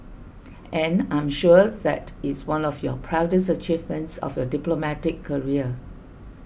and I'm sure that is one of your proudest achievements of your diplomatic career